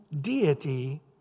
deity